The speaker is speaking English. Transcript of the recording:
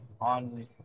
on